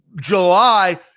July